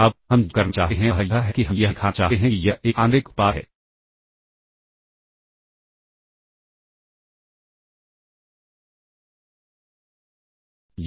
अब हम जो करना चाहते हैं वह यह है कि हम यह दिखाना चाहते हैं कि यह एक आंतरिक उत्पाद है